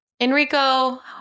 Enrico